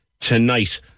tonight